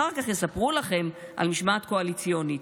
אח"כ יספרו לכם על משמעת קואליציונית...